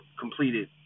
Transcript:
completed